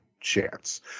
chance